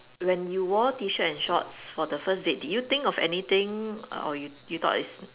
when you wore T-shirt and shorts for the first date did you think of anything err or you you thought is